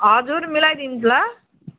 हजुर मिलाइदिन्छु ल